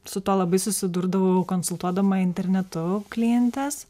su tuo labai susidurdavau konsultuodama internetu klientes